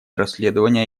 расследования